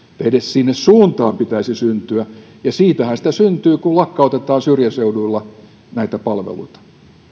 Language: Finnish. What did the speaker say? edes sinne suuntaan pitäisi syntyä ja siitähän sitä syntyy kun lakkautetaan syrjäseuduilla palveluita